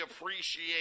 appreciate